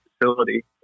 facility